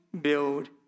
build